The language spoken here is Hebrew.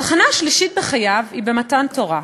התחנה השלישית בחייו היא במתן תורה.